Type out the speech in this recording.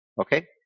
Okay